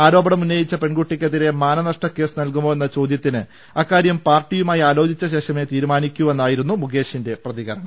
ആരോപണമുന്നയിച്ച പെൺകുട്ടിക്ക് എതിരെ മാനനഷ്ടക്കേസ് നൽകുമോ എന്ന ചോദ്യത്തിന് അക്കാര്യം പാർട്ടിയുമായി ആലോചിച്ച ശേഷമേ തീരുമാനിക്കൂ വെന്നായിരുന്നു മുകേഷിന്റെ പ്രതികരണം